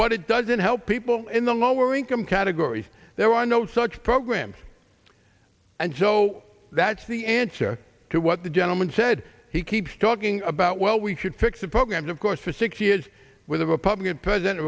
but it doesn't help people in the lower income categories there are no such programs and so that's the answer to what the gentleman said he keeps talking about well we should fix the programs of course for six years with a republican president